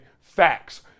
facts